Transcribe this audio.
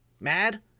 mad